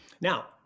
Now